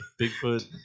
Bigfoot